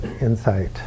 insight